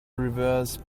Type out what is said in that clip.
reverse